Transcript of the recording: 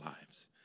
lives